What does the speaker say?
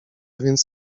więc